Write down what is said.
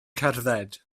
cerdded